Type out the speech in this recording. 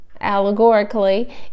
allegorically